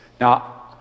Now